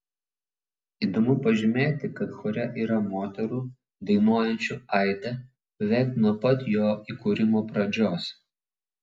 įdomu pažymėti kad chore yra moterų dainuojančių aide beveik nuo pat jo įkūrimo pradžios